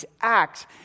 acts